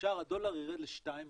ששער הדולר יירד ל-2.40.